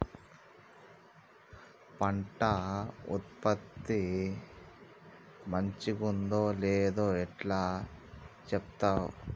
పంట ఉత్పత్తి మంచిగుందో లేదో ఎట్లా చెప్తవ్?